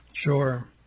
Sure